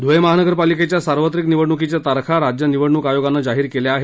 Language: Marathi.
धूळे महानगरपालिकेच्या सार्वत्रिक निवडणुकीच्या तारखा राज्य निवडणुक आयोगानं काल जाहीर केल्या आहेत